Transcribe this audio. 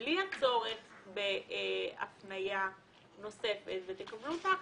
בלי הצורך בהפניה נוספת ותקבלו את ההחלטה.